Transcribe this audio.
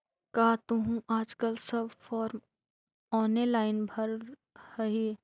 का तुहूँ आजकल सब फॉर्म ऑनेलाइन भरऽ हही?